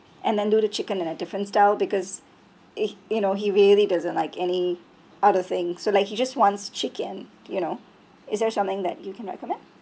and then do the chicken in a different style because it you know he really doesn't like any other thing so like he just wants chicken you know is there something that you can recommend